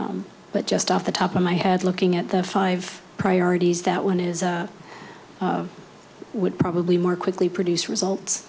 but just off the top of my head looking at the five priorities that one is would probably more quickly produce results